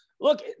look